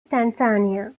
tanzania